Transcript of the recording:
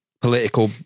political